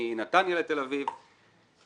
מנתניה לתל אביב וכולי.